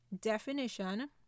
definition